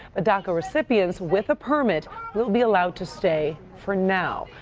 ah daca recipients with a permit will be allowed to stay for now.